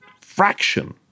fraction